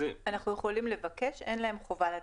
אנחנו יכולים לבקש, אין להן חובה לתת.